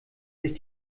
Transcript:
sich